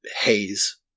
haze